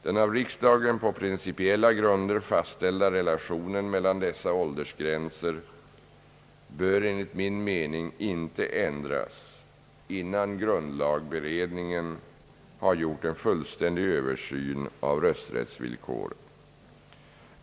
Den av riksdagen på principiella grunder fastställda relationen mellan dessa åldersgränser bör enligt min mening inte ändras innan grundlagberedningen gjort en fullständig översyn av rösträttsvillkoren.